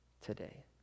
today